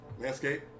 landscape